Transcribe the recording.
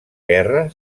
guerra